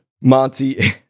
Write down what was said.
Monty